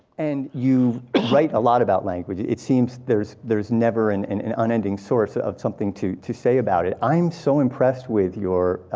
and you write a lot about language. it seems there's there's never an and an unending source of something to to say about it. i am so impressed with your,